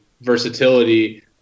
versatility